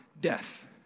death